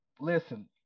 listen